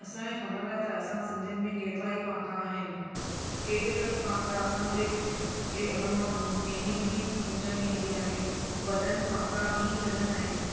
असांखे ख़बरु आहे त असां सिंधियुनि में केतिरा ई पहाका आहिनि के के त पहाका असांजे खे हुन मां मीनिंग बि सम्झ में ईंदी आहे वॾनि पहाका ईअं ई न ॾिना आहिनि